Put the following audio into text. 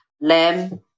lamb